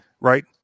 Right